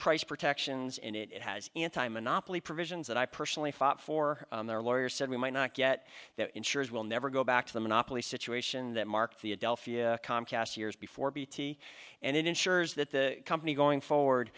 price protections in it has anti monopoly provisions that i personally fought for their lawyers said we might not get that insurers will never go back to the monopoly situation that mark the adelphia comcast years before bt and it ensures that the company going forward